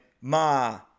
ma